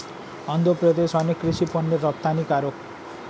অন্ধ্রপ্রদেশ অনেক কৃষি পণ্যের রপ্তানিকারক